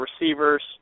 receivers –